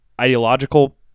ideological